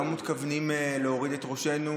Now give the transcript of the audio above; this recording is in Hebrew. לא מתכוונים להוריד את ראשנו,